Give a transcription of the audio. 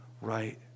right